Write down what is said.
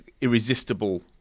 irresistible